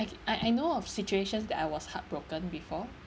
okay I I know of situations that I was heartbroken before